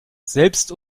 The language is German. selbst